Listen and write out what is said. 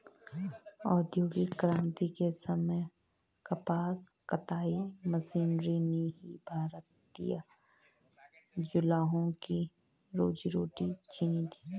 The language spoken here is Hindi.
औद्योगिक क्रांति के समय कपास कताई मशीनरी ने ही भारतीय जुलाहों की रोजी रोटी छिनी थी